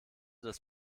das